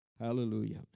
Hallelujah